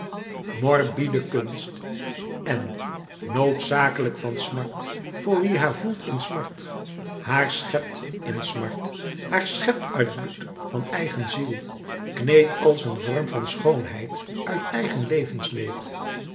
morbide kunst en noodzakelijk van smart voor wie haar voelt in smart haar schept in smart haar schept uit bloed van eigen ziel kneedt als een vorm van schoonheid uit eigen levensleed